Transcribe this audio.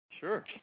Sure